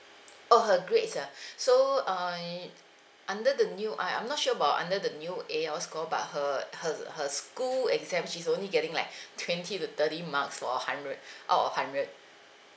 oh her grades ya so um under the new I I'm not sure about under the new A_L score but her her her school exam she's only getting like twenty to thirty marks for a hundred out of hundred